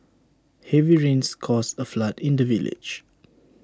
heavy rains caused A flood in the village